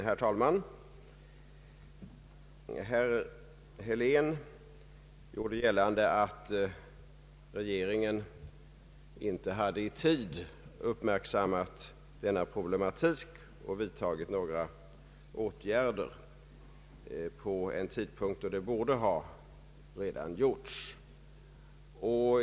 Herr talman! Herr Helén gjorde gällande att regeringen inte hade i tid uppmärksammat denna problematik och vidtagit några åtgärder vid en tidpunkt då det redan borde ha gjorts.